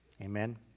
Amen